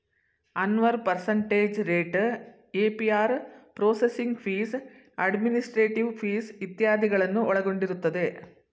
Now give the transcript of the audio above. Anwar percentage rate, APR processing fees, administrative fees ಇತ್ಯಾದಿಗಳನ್ನು ಒಳಗೊಂಡಿರುತ್ತದೆ